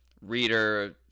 reader